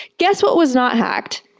guess what was not hacked?